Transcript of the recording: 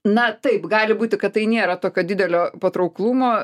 na taip gali būti kad tai nėra tokio didelio patrauklumo